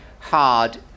hard